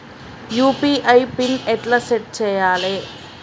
UPI pin ఎట్లా set చేయాలే?